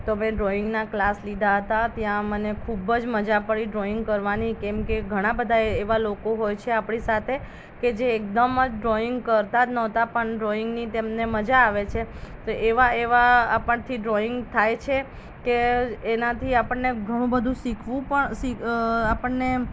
તો મેં ડ્રોઈંગના ક્લાસ લીધા હતા ત્યાં મને ખૂબ જ મજા પડી ડ્રોઈંગ કરવાની કેમ કે ઘણાં બધા એવા લોકો હોય છે આપણી સાથે કે જે એકદમ જ ડ્રોઈંગ કરતા જ નહોતાં પણ ડ્રોઈંગની તેમને મજા આવે છે તો એવા એવા આપણથી ડ્રોઈંગ થાય છે કે એનાથી આપણને ઘણું બધું શીખવું પણ આપણને